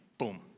boom